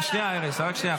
שנייה ארז.